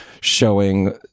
showing